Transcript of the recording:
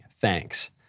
Thanks